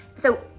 so,